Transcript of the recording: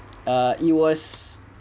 err it was